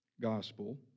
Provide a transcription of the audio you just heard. gospel